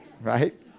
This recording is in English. right